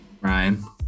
Ryan